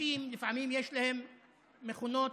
לפעמים לאנשים יש מכונות